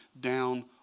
down